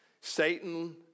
Satan